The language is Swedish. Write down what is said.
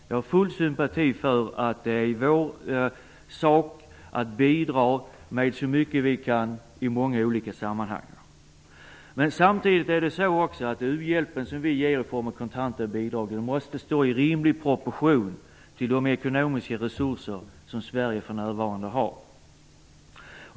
Jag har full förståelse för att det i olika sammanhang är vår sak att bidra med så mycket vi kan. Samtidigt måste den u-hjälp som vi ger i form av kontanter och bidrag stå i rimlig proportion till de ekonomiska resurser som Sverige för närvarande har.